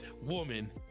woman